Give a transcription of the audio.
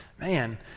Man